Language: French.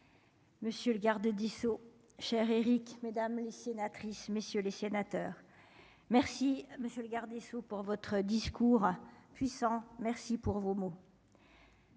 Monsieur le garde cher Éric mesdames les sénatrices, messieurs les sénateurs, merci monsieur le garde des Sceaux pour votre discours puissant, merci pour vos mots.